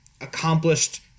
accomplished